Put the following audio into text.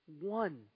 one